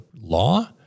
law